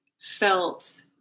felt